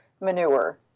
manure